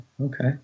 Okay